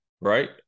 Right